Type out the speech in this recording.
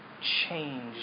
change